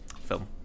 film